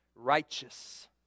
Righteous